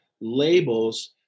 labels